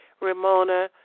Ramona